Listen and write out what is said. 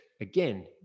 again